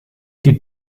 die